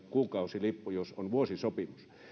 kuukausilippu jos on vuosisopimus